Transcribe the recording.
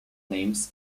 names